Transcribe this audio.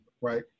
right